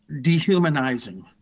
dehumanizing